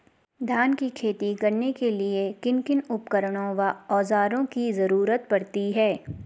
धान की खेती करने के लिए किन किन उपकरणों व औज़ारों की जरूरत पड़ती है?